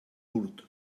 curt